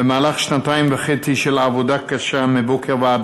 במהלך שנתיים וחצי של עבודה קשה מבוקר ועד